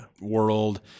world